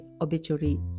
obituary